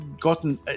gotten